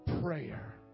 Prayer